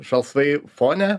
žalsvai fone